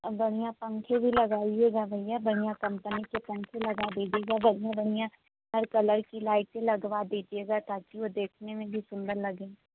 बढ़ियाँ पंखे भी लगाइएगा भैया बढ़ियाँ कम्पनी का पंखा लगा दीजिएगा बढ़ियाँ बढ़ियाँ हर कलर की लाइट लगवा दीजिएगा ताकि वह देखने में भी सुन्दर लगे